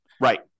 Right